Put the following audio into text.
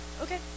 Okay